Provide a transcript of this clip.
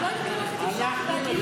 את לא היית הולכת ישר, בהגינות?